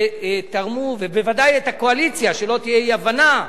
שתרמו, ובוודאי את הקואליציה, שלא תהיה אי-הבנה,